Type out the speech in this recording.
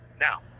now